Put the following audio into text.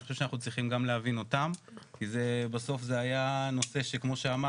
אני חושב שאנחנו צריכים גם להבין אותם כי בסוף זה היה הנושא שכמו שאמרת,